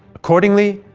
accordingly,